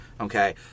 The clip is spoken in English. Okay